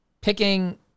picking